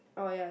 oh ya